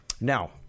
now